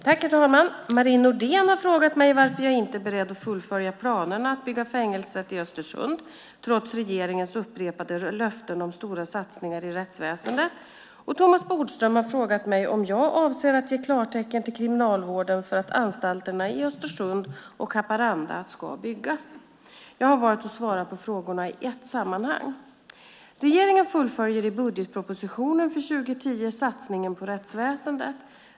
Herr talman! Marie Nordén har frågat mig varför jag inte är beredd att fullfölja planerna att bygga fängelset i Östersund trots regeringens upprepade löften om stora satsningar i rättsväsendet. Thomas Bodström har frågat mig om jag avser att ge klartecken till Kriminalvården för att anstalterna i Östersund och Haparanda ska byggas. Jag har valt att svara på frågorna i ett sammanhang. Regeringen fullföljer i budgetpropositionen för 2010 satsningen på rättsväsendet.